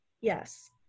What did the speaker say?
Yes